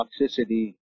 toxicity